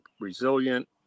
resilient